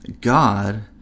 God